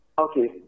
okay